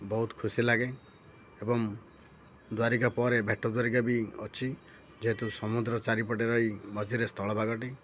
ବହୁତ ଖୁସି ଲାଗେ ଏବଂ ଦ୍ୱାରିକା ପରେ ଭେଟ ଦ୍ଵାରିକା ବି ଅଛି ଯେହେତୁ ସମୁଦ୍ର ଚାରିପଟେ ରହି ମଝିରେ ସ୍ଥଳ ଭାଗଟି